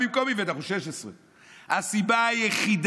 גם במקום איווט, אנחנו 16. הסיבה היחידה,